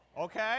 okay